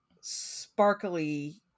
sparkly